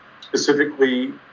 specifically